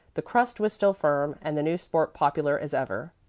the crust was still firm and the new sport popular as ever.